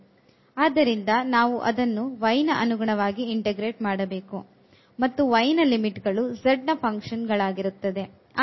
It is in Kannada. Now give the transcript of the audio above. ಆದ್ದರಿಂದ ನಾವು ಅದನ್ನು y ನ ಅನುಗುಣವಾಗಿ integrate ಮಾಡಬೇಕು ಮತ್ತು y ನ ಲಿಮಿಟ್ ಗಳು z ನ ಫಂಕ್ಷನ್ ಆಗಿರುತ್ತದೆ ಉದಾಹರಣೆಗೆ ಮತ್ತು